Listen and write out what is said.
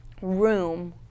room